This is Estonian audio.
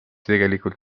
tegelikult